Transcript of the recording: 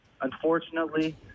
unfortunately